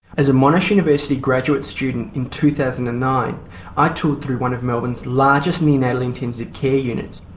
as a monash university graduate student in two thousand and nine i toured through one of melbourne's largest neonatal intensive care units.